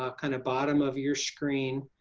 ah kind of bottom of your screen,